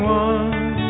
one